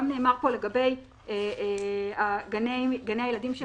גם נאמר פה לגבי גני הילדים.